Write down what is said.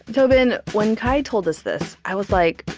tobin, when kai told us this, i was like,